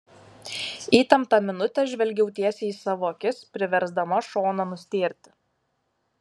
įtemptą minutę žvelgiau tiesiai į savo akis priversdama šoną nustėrti